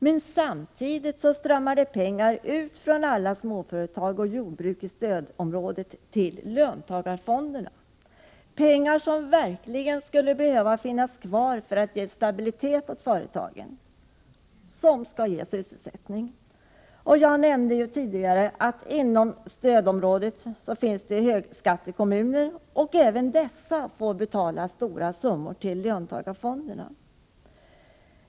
Men samtidigt strömmar pengar ut från alla småföretag och jordbruk i stödområdet till löntagarfonderna — pengar som verkligen skulle behöva finnas kvar för att ge stabilitet åt företagen, som skall ge sysselsättning. Jag nämnde tidigare att det inom stödområdet finns högskattekommuner, och även dessa får betala stora summor till löntagarfonderna.